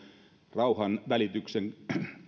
rauhanvälityksen